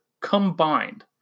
combined